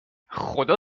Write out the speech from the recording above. خدا